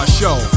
show